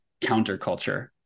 counterculture